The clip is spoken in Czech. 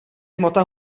hmota